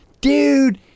dude